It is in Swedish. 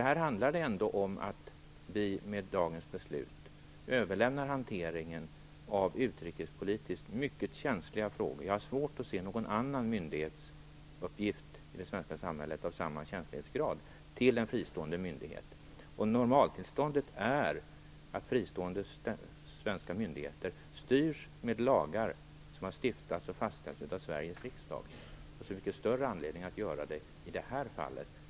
Det handlar ändå om att vi med dagens beslut överlämnar hanteringen av utrikespolitiskt mycket känsliga frågor - jag har svårt att se någon annan myndighetsuppgift av samma känslighetsgrad i det svenska samhället - till en fristående myndighet. Det normala är att fristående svenska myndigheter styrs av lagar som har stiftats och fastställts av Sveriges riksdag. Det finns så mycket större anledning att förhållandet skall vara detsamma i det här fallet.